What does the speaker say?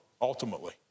ultimately